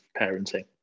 parenting